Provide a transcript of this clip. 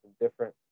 different